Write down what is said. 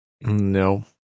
No